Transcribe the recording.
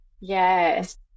yes